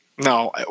No